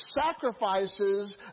sacrifices